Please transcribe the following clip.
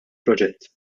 proġett